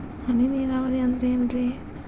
ಹನಿ ನೇರಾವರಿ ಅಂದ್ರೇನ್ರೇ?